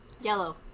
Yellow